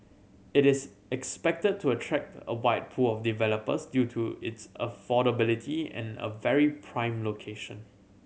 it is expected to attract a wide pool of developers due to its affordability and a very prime location